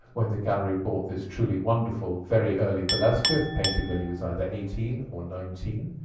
when the gallery bought this truly wonderful very early velazquez painted when he was either eighteen or nineteen,